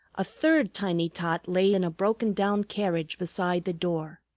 a third tiny tot lay in a broken-down carriage beside the door.